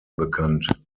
bekannt